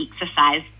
exercise